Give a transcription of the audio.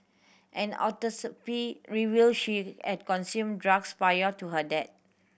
an autopsy revealed she at consumed drugs prior to her death